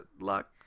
luck